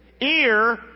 ear